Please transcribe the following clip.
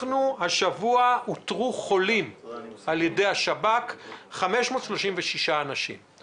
השבוע אותרו על ידי השב"כ 536 אנשים מאומתים.